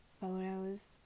photos